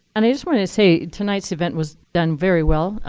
and i just want to say, tonight's event was done very well,